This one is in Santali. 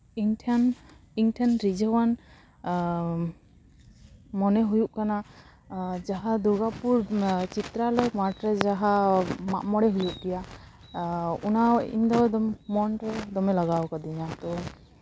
ᱤᱧ ᱴᱷᱮᱱ ᱤᱧ ᱴᱷᱮᱱ ᱨᱤᱡᱷᱟᱹᱣᱟᱱ ᱟᱨ ᱢᱟᱱᱮ ᱦᱩᱭᱩᱜ ᱠᱟᱱᱟ ᱟᱨ ᱡᱟᱦᱟᱸ ᱫᱩᱨᱜᱟᱯᱩᱨ ᱱᱚᱣᱟ ᱪᱤᱛᱨᱟᱞᱚᱭ ᱢᱟᱴᱷᱨᱮ ᱡᱟᱦᱟᱸ ᱢᱟᱜ ᱢᱚᱬᱮ ᱦᱩᱭᱩᱜ ᱜᱮᱭᱟ ᱟᱨ ᱚᱱᱟ ᱤᱧ ᱫᱚ ᱟᱫᱚ ᱢᱚᱱᱨᱮ ᱫᱚᱢᱮ ᱞᱟᱜᱟᱣ ᱠᱟᱹᱫᱤᱧᱟ ᱛᱳ